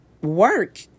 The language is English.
work